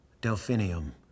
delphinium